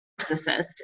narcissist